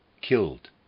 killed